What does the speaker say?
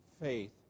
faith